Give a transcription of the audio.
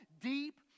deep